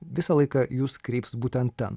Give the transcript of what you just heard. visą laiką jus kreips būtent ten